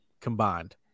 combined